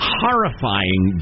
horrifying